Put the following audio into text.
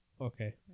Okay